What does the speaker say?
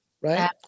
Right